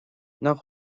nach